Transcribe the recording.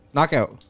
Knockout